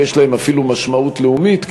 ויש להם אפילו משמעות לאומית,